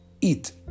eat